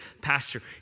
pasture